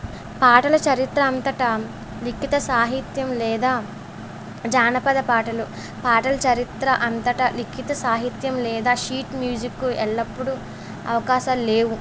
పాటల చరిత్ర అంతటా లిఖిత సాహిత్యం లేదా జానపద పాటలు పాటల చరిత్ర అంతట లిఖిత సాహిత్యం లేదా షీట్ మ్యూజిక్ ఎల్లప్పుడు అవకాశాలు లేవు